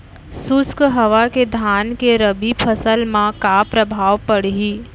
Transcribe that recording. शुष्क हवा के धान के रबि फसल मा का प्रभाव पड़ही?